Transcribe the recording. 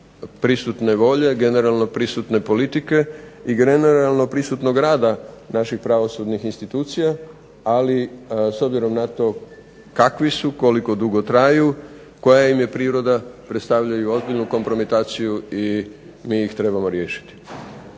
prisutne volje, generalno prisutne politike, i generalno prisutnog rada naših pravosudnih institucija, ali s obzirom na to kakvi su, koliko dugo traju, koja im je priroda predstavljaju ozbiljnu kompromitaciju i mi ih trebamo riješiti.